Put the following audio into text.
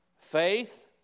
faith